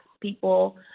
people